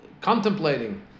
contemplating